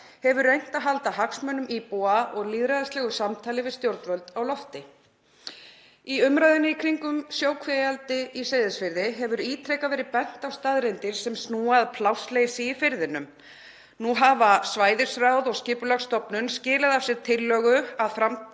hefur reynt að halda hagsmunum íbúa og lýðræðislegu samtali við stjórnvöld á lofti. Í umræðunni í kringum sjókvíaeldi í Seyðisfirði hefur ítrekað verið bent á staðreyndir sem snúa að plássleysi í firðinum. Nú hafa svæðisráð og Skipulagsstofnun skilað af sér tillögu að